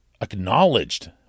acknowledged